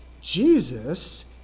Jesus